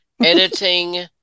editing